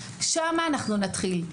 שם אנחנו נתחיל,